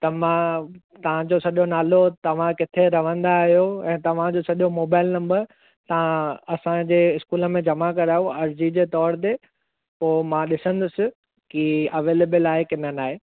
त मां तव्हां जो सॼो नालो तव्हां किथे रहंदा आहियो ऐं तव्हांजो सॼो मोबाइल नंबर तव्हां असांजे स्कूल में जमा करायो अर्जी जे तौर ते पोइ मां ॾिसंदुसि कि अवेलेबल आहे की न न आहे